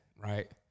Right